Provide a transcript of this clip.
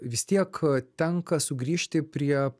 vis tiek tenka sugrįžti prie